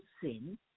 sin